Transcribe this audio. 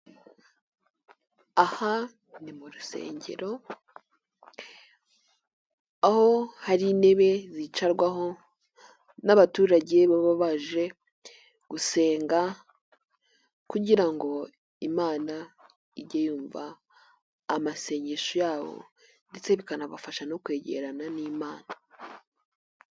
Aha ni mu rusengero aho hari intebe zicarwaho n'abaturage baba baje gusenga kugira ngo Imana ijye yumva amasengesho yabo ndetse bikanabafasha no kwegerana n'Imana.